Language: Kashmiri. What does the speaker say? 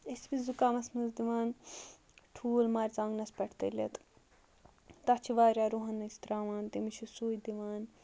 أسۍ تٔمِس زُکامَس منٛز دِوان ٹھوٗل مَرژانٛگنَس پٮ۪ٹھ تٔلِتھ تَتھ چھِ واریاہ رُوہَن أسۍ ترٛاوان تٔمِس چھِ سُے دِوان